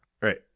right